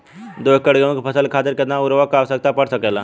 दो एकड़ गेहूँ के फसल के खातीर कितना उर्वरक क आवश्यकता पड़ सकेल?